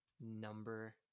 number